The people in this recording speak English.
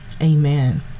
amen